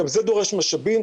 גם זה דורש משאבים,